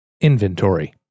Inventory